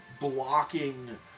blocking